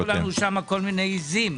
שלא יכניסו לנו שם כל מיני עיזים.